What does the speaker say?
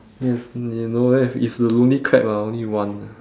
it's ni~ no left it's the lonely crab ah only one ah